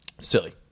Silly